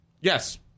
Yes